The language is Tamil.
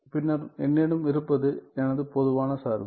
பின்னர் என்னிடம் இருப்பது எனது பொதுவான சார்பு